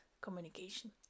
communication